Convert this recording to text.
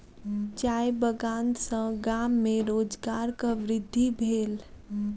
चाय बगान सॅ गाम में रोजगारक वृद्धि भेल